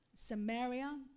Samaria